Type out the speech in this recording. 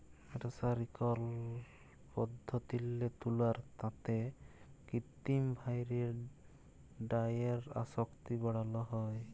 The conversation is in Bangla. মের্সারিকরল পদ্ধতিল্লে তুলার তাঁতে কিত্তিম ভাঁয়রে ডাইয়ের আসক্তি বাড়ালো হ্যয়